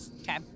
Okay